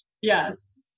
Yes